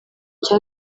cya